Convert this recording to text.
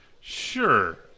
Sure